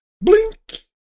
blink